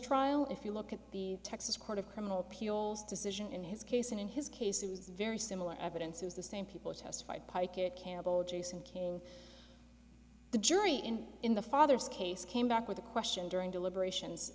trial if you look at the texas court of criminal appeals decision in his case and in his case it was very similar evidence was the same people testified pica campbell jason king the jury in in the father's case came back with a question during deliberations